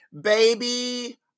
Baby